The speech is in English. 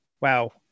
wow